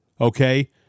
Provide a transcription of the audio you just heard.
Okay